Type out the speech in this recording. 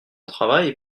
travail